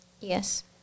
Yes